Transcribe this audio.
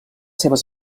seves